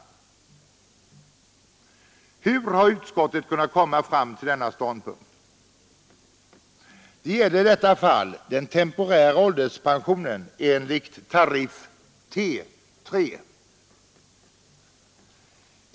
Hur har utskottet kunnat komma fram till denna ståndpunkt? Det gäller i detta fall den temporära ålderspensionen enligt tariff T 3.